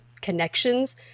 connections